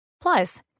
Plus